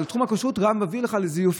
אבל תחום הכשרות רק מביא לך לזיופים,